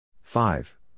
Five